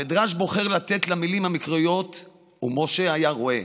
המדרש בוחר לתת למילים המקראיות "ומשה היה רֹעה"